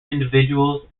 individuals